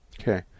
Okay